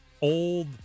old –